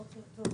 בוקר טוב.